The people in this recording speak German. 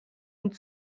und